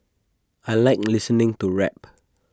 I Like listening to rap